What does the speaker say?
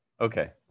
okay